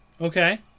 Okay